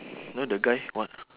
you know the guy wha~